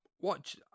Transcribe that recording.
watch